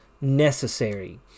necessary